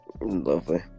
Lovely